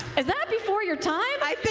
is that before your time?